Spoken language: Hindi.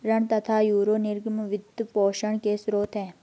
ऋण तथा यूरो निर्गम वित्त पोषण के स्रोत है